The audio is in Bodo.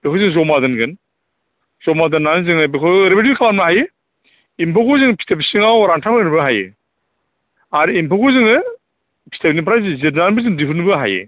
बेखौ जों जमा दोनगोन जमा दोननानै जोङो बेखौ ओरैबायदि खालामनो हायो एम्फौखौ जोङो फिथोब सिङाव रानथाब होनोबो हायो आरो एम्फौखौ जोङो फिथोबनिफ्राय जिरनानैबो जों दिहुननोबो हायो